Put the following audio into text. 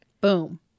Boom